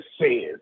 says